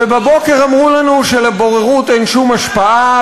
ובבוקר אמרו לנו שלבוררות אין שום השפעה,